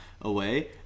away